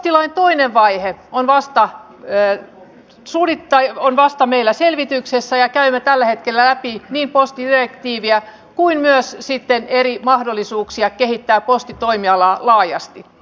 postilain toinen vaihe on meillä vasta selvityksessä ja käymme tällä hetkellä läpi niin postidirektiiviä kuin myös sitten eri mahdollisuuksia kehittää postitoimialaa laajasti